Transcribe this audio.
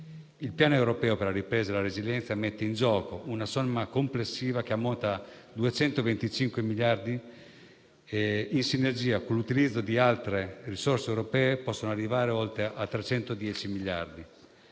Il Piano europeo per la ripresa e la resilienza mette in gioco una somma complessiva che ammonta a 225 miliardi; in sinergia con l'utilizzo di altre risorse europee, possono arrivare a oltre a 310 miliardi.